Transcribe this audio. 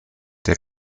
der